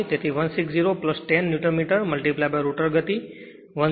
તેથી 160 10 newton metre rotor ગતિ 100